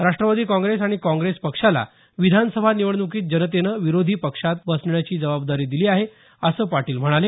Rashtrawadi Congress आणि Congress पक्षाला विधानसभा निवडणुकीत जनतेनं विरोधी पक्षात बसण्याची जबाबदारी दिली आहे असं पाटील म्हणाले